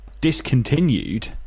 discontinued